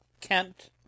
Kent